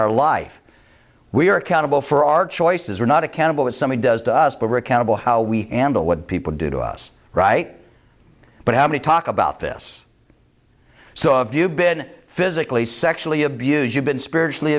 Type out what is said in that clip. our life we are accountable for our choices are not accountable if someone does to us but we're accountable how we handle what people do to us right but how many talk about this so if you've been physically sexually abuse you've been spiritually